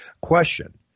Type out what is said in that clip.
Question